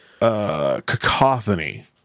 Cacophony